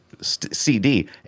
CD